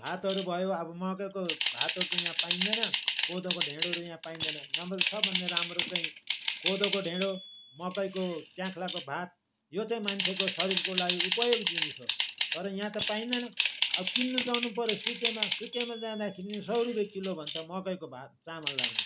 भातहरू भयो अब मकैको भातहरू त यहाँ पाइँदैन कोदोको ढेडोहरू यहाँ पाइँदैन नभए त सबभन्दा राम्रो चाहिँ कोदोको ढेडो मकैको च्याख्लाको भात यो चाहिँ मान्छेको शरीरको लागि उपयोग जिनिस हो तर यहाँ त पाइँदैन अब किन्नु जानु पऱ्यो सुकियामा सुकियामा जाँदाखेरि सौ रुपियाँ किलो भन्छ मकैको भात चामललाई पनि